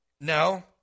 No